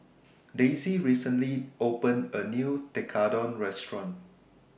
Daisy recently opened A New Tekkadon Restaurant